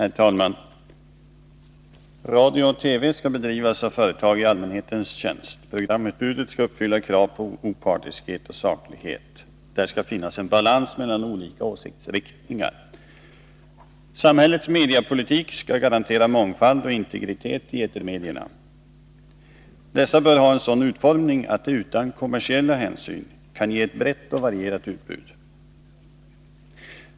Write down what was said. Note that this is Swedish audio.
Herr talman! Radiooch TV-verksamhet skall bedrivas av företag i allmänhetens tjänst. Programutbudet skall uppfylla kravet på opartiskhet och saklighet. Där skall finnas en balans mellan olika åsiktsriktningar. Samhällets mediepolitik skall garantera mångfald och integritet i etermedierna. Dessa bör ha en sådan utformning att de utan kommersiella hänsyn kan ge ett brett och varierat utbud.